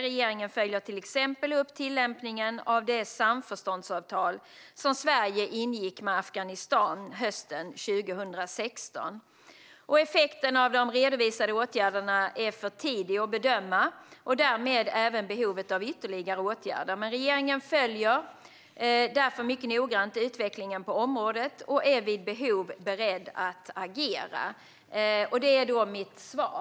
Regeringen följer till exempel upp tillämpningen av det samförståndsavtal som Sverige ingick med Afghanistan hösten 2016. Det är för tidigt att bedöma effekten av de redovisade åtgärderna och därmed även för tidigt att bedöma behovet av ytterligare åtgärder. Regeringen följer utvecklingen på området mycket noggrant och är vid behov beredd att agera. Det är mitt svar.